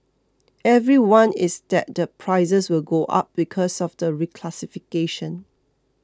everyone is that the prices will go up because of the reclassification